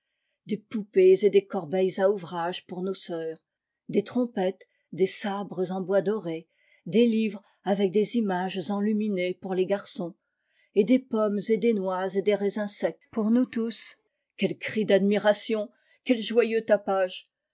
des poupées et des corbeilles à ouvrage pour nos sœurs des trompettes des sabres en bois doré des livres avec des images enluminées pour les garçons et des pommes et des noix et des raisins secs pour nous tous quels cris d'admiration quel joyeux tapage